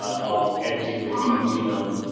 of editing the human genome,